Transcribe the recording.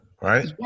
right